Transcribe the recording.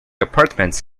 apartments